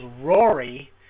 Rory